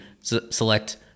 select